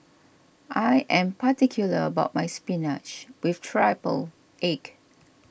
I am particular about my Spinach with Triple Egg